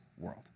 world